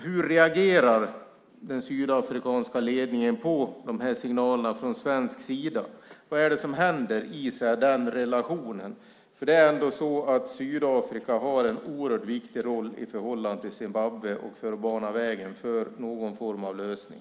Hur reagerar den sydafrikanska ledningen på de här signalerna från svensk sida? Vad är det som händer i den relationen? Sydafrika har en oerhört viktig roll i förhållande till Zimbabwe och bör bana vägen för någon form av lösning.